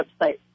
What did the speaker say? website